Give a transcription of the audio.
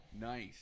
nice